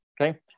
okay